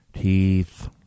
Teeth